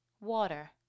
Water